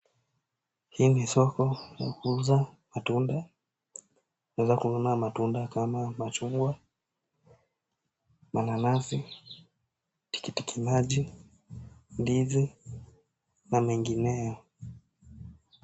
Hii ni soko ya kuuza matunda, unaweza kununua matunda kama machungwa, mananasi, tikiti maji, ndizi, na mengineo.